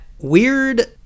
weird